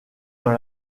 dans